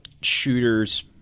Shooter's